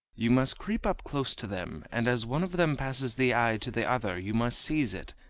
you must creep up close to them, and as one of them passes the eye to the other you must seize it,